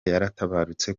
yaratabarutse